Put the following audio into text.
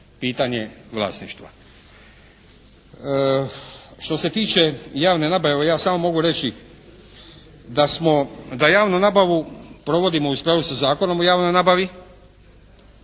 pitanje vlasništva. Što se tiče javne nabave, evo ja samo mogu reći da javnu nabavu provodimo u skladu sa Zakonom o javnoj nabavi